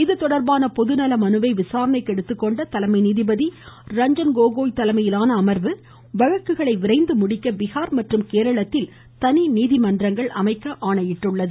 இதுதொடர்பான பொதுநல மனுவை விசாரணைக்கு எடுத்துக்கொண்ட தலைமை நீதிபதி ரஞ்சன் கோகோய் தலைமையிலான அமர்வு வழக்குகளை விரைந்து முடிக்க பீகார் மற்றும் கேரளத்தில் தனி நீதிமன்றங்கள் அமைக்க ஆணையிட்டுள்ளது